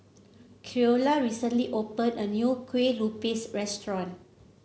Creola recently opened a new Kueh Lupis Restaurant